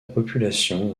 population